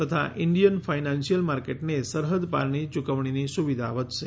તથા Indian financial માર્કેટને સરહદ પારની ચૂકવણીની સુવિધા વધશે